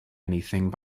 anything